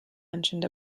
mentioned